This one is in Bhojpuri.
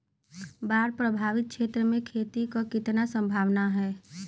बाढ़ प्रभावित क्षेत्र में खेती क कितना सम्भावना हैं?